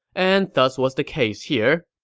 and thus was the case here.